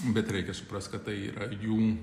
bet reikia suprast kad tai yra jų